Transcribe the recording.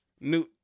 new